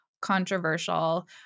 controversial